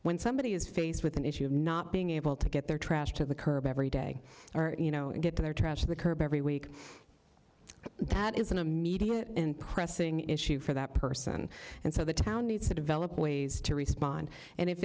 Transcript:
when somebody is faced with an issue of not being able to get their trash to the curb every day or you know get to their trash to the curb every week that is an immediate and pressing issue for that person and so the town needs to develop ways to respond and if